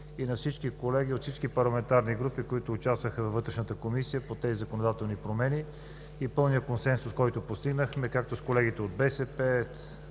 и на всички колеги от всички парламентарни групи, които участваха във Вътрешната комисия по тези законодателни промени и за пълния консенсус, който постигнахме с колегите от БСП,